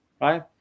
Right